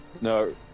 no